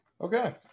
Okay